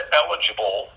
eligible